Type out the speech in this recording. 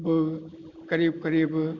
क़रीब क़रीब